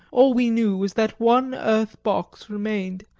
all we knew was that one earth-box remained,